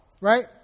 Right